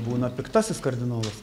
būna piktasis kardinolas